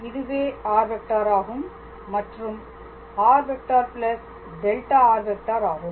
இதுவே r⃗ ஆகும் மற்றும் r ⃗ δr⃗ ஆகும்